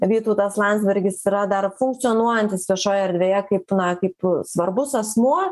vytautas landsbergis yra dar funkcionuojantis viešoje erdvėje kaip na kaip svarbus asmuo